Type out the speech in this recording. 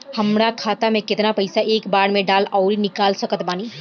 हमार खाता मे केतना पईसा एक बेर मे डाल आऊर निकाल सकत बानी?